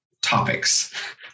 topics